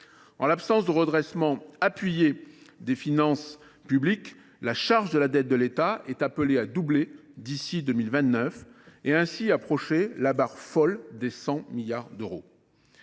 En l’absence de redressement appuyé des finances publiques, la charge de la dette de l’État est appelée à doubler d’ici à 2029, et ainsi à approcher la barre folle des 100 milliards d’euros.